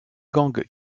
gangs